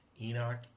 Enoch